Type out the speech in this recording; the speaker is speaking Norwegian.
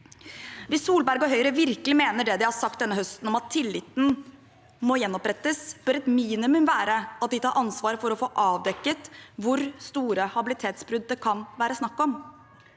Hvis Solberg og Høyre virkelig mener det de har sagt denne høsten om at tilliten må gjenopprettes, bør et minimum være at de tar ansvar for å få avdekket hvor store habilitetsbrudd det kan være snakk om.